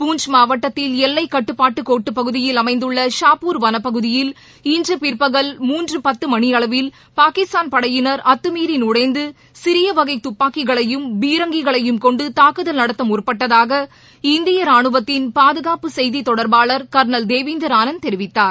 பூள்ச் மாவட்டத்தில் எல்லைக் கட்டுப்பாட்டு கோட்டுப் பகுதியில் அமைந்துள்ள ஷாப்பூர் வனப்பகுதியில் இன்று பிற்பகல் மூன்று பத்து மணியளவில் பாகிஸ்தான் படையினர் அத்துமீறி நுழைந்து சிறியவகை துப்பாக்கிகளையும் பீரங்கிகளையும் கொண்டு தாக்குதல் நடத்த முற்பட்டதாக இந்திய ரானுவத்தின் பாதுகாப்பு செய்தித் தொடர்பாளர் கர்னல் தேவீந்தர் ஆனந்த் தெரிவித்தார்